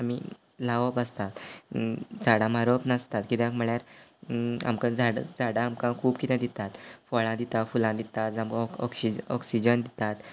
आमी लावप आसतात झाडां मारप नासतात किद्याक म्हळ्यार आमकां झाड झाडां आमकां खूब कितें दितात फळां दिता फुलां दिता जा ऑक ऑक्शिज ऑक्सिजन दितात